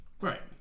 Right